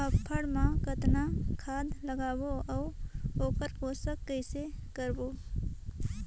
फाफण मा कतना खाद लगाबो अउ ओकर पोषण कइसे करबो?